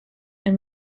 and